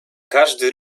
każdy